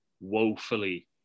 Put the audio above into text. woefully